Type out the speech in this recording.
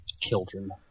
Children